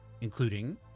including